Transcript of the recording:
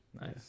nice